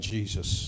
Jesus